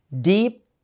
deep